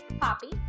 Poppy